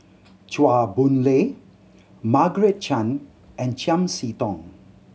Chua Boon Lay Margaret Chan and Chiam See Tong